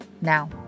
Now